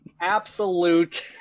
Absolute